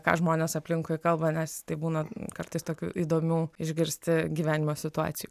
ką žmonės aplinkui kalba nes tai būna kartais tokių įdomių išgirsti gyvenimo situacijų